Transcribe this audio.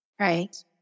Right